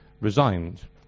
resigned